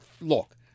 look